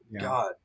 God